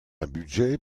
budget